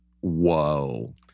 Whoa